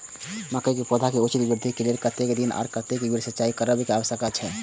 मके के पौधा के उचित वृद्धि के लेल कतेक दिन आर कतेक बेर सिंचाई करब आवश्यक छे?